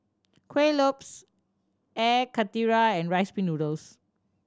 Kuih Lopes Air Karthira and Rice Pin Noodles